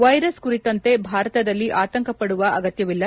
virus ಕುರಿತಂತೆ ಭಾರತದಲ್ಲಿ ಆತಂಕಪಡುವ ಅಗತ್ತವಿಲ್ಲ